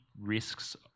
risks